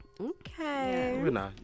Okay